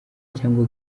cyangwa